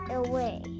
away